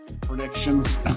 predictions